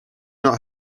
not